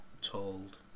told